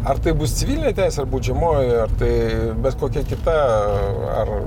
ar tai bus civilinė teisė ar baudžiamoji ar tai bet kokia kita ar